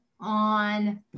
on